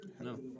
No